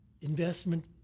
investment